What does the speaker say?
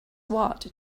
watt